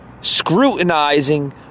scrutinizing